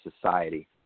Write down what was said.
society